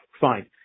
fine